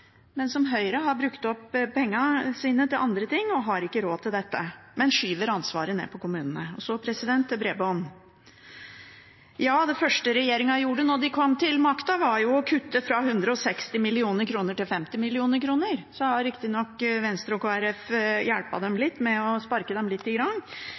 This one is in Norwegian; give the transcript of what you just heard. men Høyre har brukt opp pengene sine til andre ting og har ikke råd til dette, og skyver ansvaret ned på kommunene. Så til bredbånd. Ja, det første regjeringen gjorde da de kom til makten, var å kutte fra 160 mill. til 50 mill. kr. Så har riktignok Venstre og Kristelig Folkeparti hjulpet dem med å sparke dem litt i